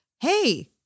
hey